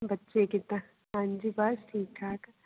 ਬੱਚੇ ਕਿੱਦਾਂ ਹਾਂਜੀ ਬਸ ਠੀਕ ਠਾਕ